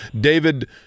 David